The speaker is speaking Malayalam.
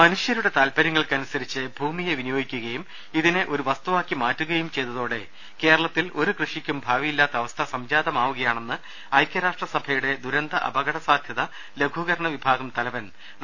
മനുഷ്യരുടെ താൽപര്യങ്ങൾക്കനുസരിച്ച് ഭൂമിയെ വിനിയോഗിക്കു കയും ഇതിനെ ഒരു വസ്തുവാക്കി മാറ്റുകയും ചെയ്തതോടെ കേരള ത്തിൽ ഒരു കൃഷിക്കും ഭാവിയില്ലാത്ത അവസ്ഥ സംജാതമാവുകയാ ണെന്ന് ഐക്യരാഷ്ട്രസഭയുടെ ദുരന്ത അപകട സാധ്യത ലഘൂകരണ വിഭാഗം തലവൻ ഡോ